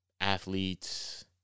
athletes